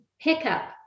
pickup